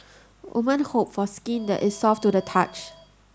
women hope for skin that is soft to the touch